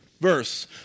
verse